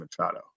machado